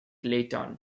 leighton